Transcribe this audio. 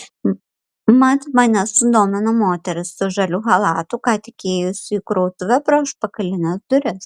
mat mane sudomino moteris su žaliu chalatu ką tik įėjusi į krautuvę pro užpakalines duris